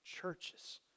churches